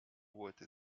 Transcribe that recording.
wollte